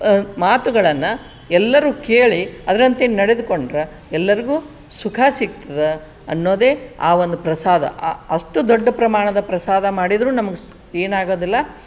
ಮಾತುಗಳನ್ನು ಎಲ್ಲರೂ ಕೇಳಿ ಅದರಂತೆ ನಡೆದುಕೊಂಡ್ರೆ ಎಲ್ಲರಿಗೂ ಸುಖ ಸಿಗ್ತದೆ ಅನ್ನೋದೇ ಆ ಒಂದು ಪ್ರಸಾದ ಅಷ್ಟು ದೊಡ್ಡ ಪ್ರಮಾಣದ ಪ್ರಸಾದ ಮಾಡಿದರೂ ನಮ್ಗೆ ಏನಾಗೋದಿಲ್ಲ